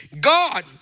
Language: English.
God